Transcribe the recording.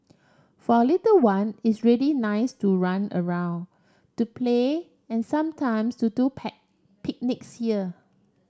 for a little one it's really nice to run around to play and sometimes to do picnics here